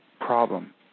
problem